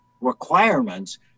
requirements